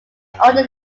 owned